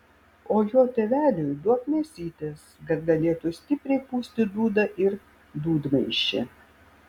o jo tėveliui duok mėsytės kad galėtų stipriai pūsti dūdą ir dūdmaišį